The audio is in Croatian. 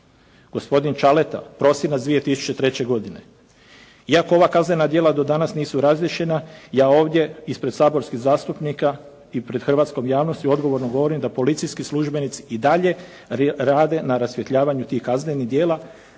gospodin Ćaleta prosinac 2003. godine. Iako ova kaznena djela do danas nisu razriješena, ja ovdje ispred saborskih zastupnika i pred hrvatskom javnosti odgovorno govorim da policijski službenici i dalje rade na rasvjetljavanju tih kaznenih djela